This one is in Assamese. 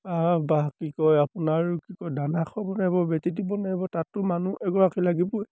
বা বা কি কয় আপোনাৰ কি কয় দানা খুৱাব নোৱাৰিব বেজী দিব নোৱাৰিব তাতটো মানুহ এগৰাকী লাগিবই